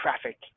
traffic